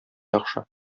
яхшы